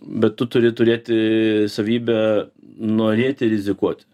bet tu turi turėti savybę norėti rizikuoti